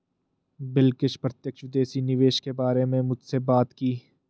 बिलकिश प्रत्यक्ष विदेशी निवेश के बारे में मुझसे बात की